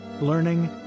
learning